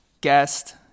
guest